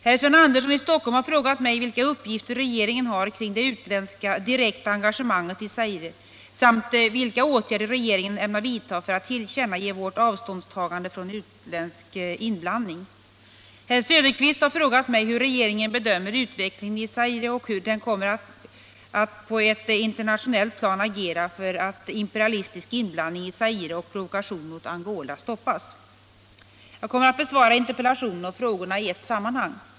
Herr Sven Andersson i Stockholm har frågat mig vilka uppgifter regeringen har kring det utländska direkta engagemanget i Zaire samt vilka åtgärder regeringen ämnar vidta för att tillkännage vårt avståndstagande från utländsk inblandning. Herr Söderqvist har frågat mig hur regeringen bedömer utvecklingen i Zaire och hur den kommer att på ett internationellt plan agera för att imperialistisk inblandning i Zaire och provokationen mot Angola stoppas. Jag kommer att besvara interpellationen och frågorna i ett sammanhang.